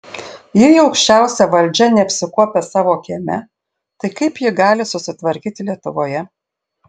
jei aukščiausia valdžia neapsikuopia savo kieme tai kaip ji gali susitvarkyti lietuvoje